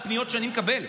זה מהפניות שאני מקבל.